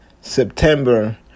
September